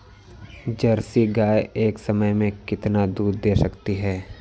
Jersey गाय एक समय में कितना दूध दे सकती है?